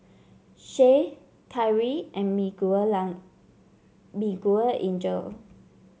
Che Kyrie and Miguelangel